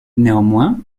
néanmoins